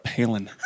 Palin